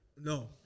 no